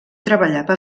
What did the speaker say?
treballava